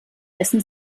essen